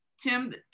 Tim